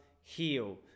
heal